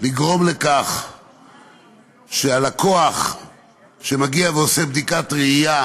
לגרום לכך שלקוח שמגיע ועושה בדיקת ראייה